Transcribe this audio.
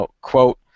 quote